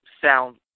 sound